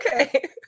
Okay